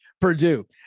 Purdue